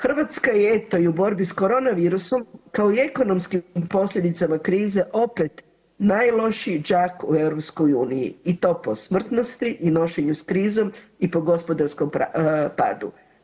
Hrvatska je eto i u borbi s korona virusom kao i ekonomskim posljedicama krize opet najlošiji đak u Europskoj uniji i to po smrtnosti, i nošenju s krizom i po gospodarskom padu.